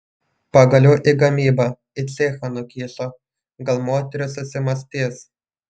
pagaliau į gamybą į cechą nukišo gal moteris susimąstys